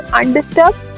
undisturbed